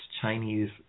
Chinese